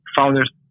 founders